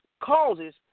causes